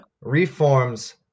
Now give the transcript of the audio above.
reforms